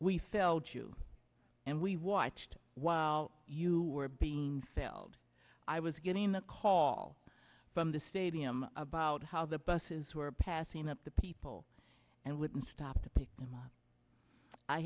we felt you and we watched while you were being failed i was getting a call from the stadium about how the buses were passing up the people and wouldn't stop to pick them up i